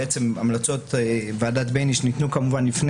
המלצות ועדת בייניש ניתנו כמובן לפני